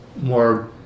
more